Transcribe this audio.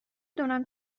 دونم